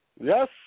Yes